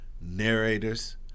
narrators